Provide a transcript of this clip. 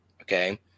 Okay